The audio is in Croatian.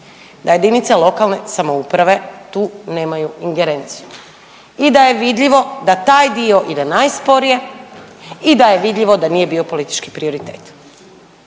da jedinice lokalne samouprave tu nemaju ingerenciju i da je vidljivo da taj dio ide najsporije i da je vidljivo da nije bio politički prioritet.